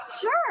sure